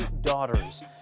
daughters